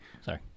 Sorry